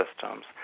systems